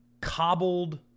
cobbled